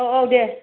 औ औ दे